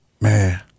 man